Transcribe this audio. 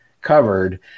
covered